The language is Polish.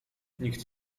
nikt